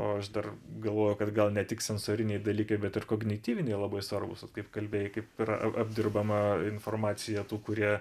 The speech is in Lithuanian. o aš dar galvoju kad gal ne tik sensoriniai dalykai bet ir kognityviniai labai svarbūs vat kaip kalbėjai kaip yra a apdirbama informacija tų kurie